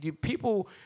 people